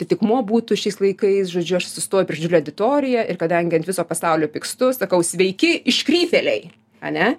atitikmuo būtų šiais laikais žodžiu aš atsistoju prieš didžiulę auditoriją ir kadangi ant viso pasaulio pykstu sakau sveiki iškrypėliai ane